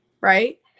right